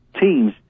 teams